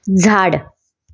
झाड